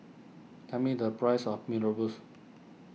tell me the price of Mee Rebus